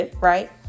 Right